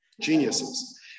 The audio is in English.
geniuses